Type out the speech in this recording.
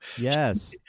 Yes